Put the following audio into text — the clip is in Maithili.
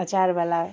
प्रचारवला